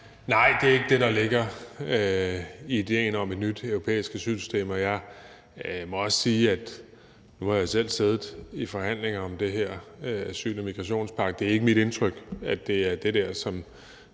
Nej, det er ikke det, der ligger i idéen om et nyt europæisk asylsystem. Og jeg må også sige – nu har jeg jo selv siddet i forhandlinger om den her asyl- og migrationspagt – at det ikke er mit indtryk, at det er det dér, som